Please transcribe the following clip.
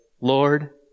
Lord